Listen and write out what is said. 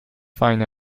find